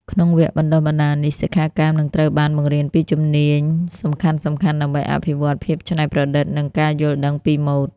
ក្នុងវគ្គបណ្តុះបណ្តាលនេះ សិក្ខាកាមនឹងត្រូវបានបង្រៀនពីជំនាញសំខាន់ៗដើម្បីអភិវឌ្ឍ ភាពច្នៃប្រឌិត និង ការយល់ដឹងពីម៉ូដ។